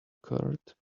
curd